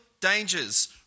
dangers